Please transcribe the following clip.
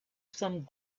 some